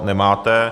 Nemáte.